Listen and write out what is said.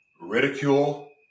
ridicule